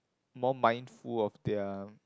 more mindful of their